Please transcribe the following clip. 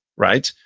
right?